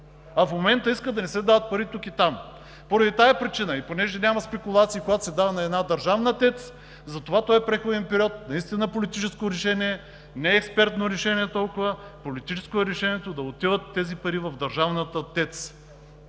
а в момента искат да не се дават пари тук и там. Поради тази причина, и понеже няма спекулации, когато се дава на една държавна ТЕЦ, този преходен период е наистина политическо решение, не е толкова експертно решение. Политическо е решението да отиват тези пари в държавната ТЕЦ,